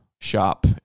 shop